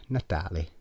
Natale